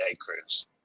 cruise